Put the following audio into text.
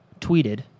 tweeted